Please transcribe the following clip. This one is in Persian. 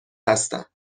هستم